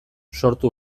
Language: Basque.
sortu